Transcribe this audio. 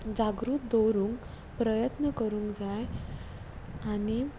जागृत दवरूंक प्रयत्न करूंक जाय आनी